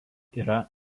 yra